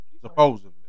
supposedly